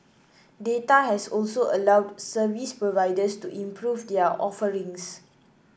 data has also allowed service providers to improve their offerings